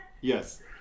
Yes